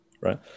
right